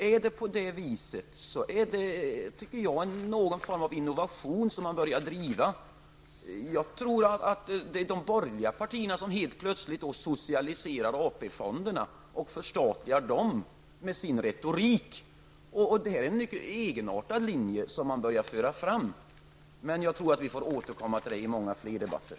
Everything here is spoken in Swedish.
Är det på det viset, är det enligt min uppfattning någon form av innovation man börjar driva. De borgerliga partierna socialiserar alltså helt plötsligt AP fonderna och förstatligar dem med sin retorik. Detta är en mycket egenartad linje man börjar föra fram. Jag tror att vi kommer att få möjlighet att återkomma till den här frågan i många fler debatter.